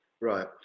Right